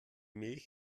milch